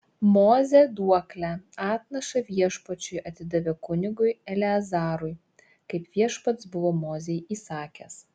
mozė duoklę atnašą viešpačiui atidavė kunigui eleazarui kaip viešpats buvo mozei įsakęs